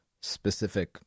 specific